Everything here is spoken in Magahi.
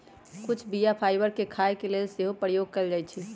कुछ बीया फाइबर के खाय के लेल सेहो प्रयोग कयल जाइ छइ